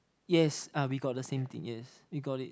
yes uh we got the same thing yes we got it